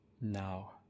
Now